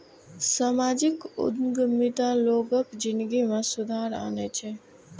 सामाजिक उद्यमिता लोगक जिनगी मे सुधार आनै छै